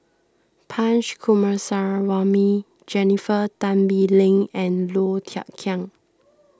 Punch Coomaraswamy Jennifer Tan Bee Leng and Low Thia Khiang